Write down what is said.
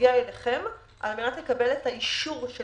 להגיע אליכם על מנת לקבל את האישור של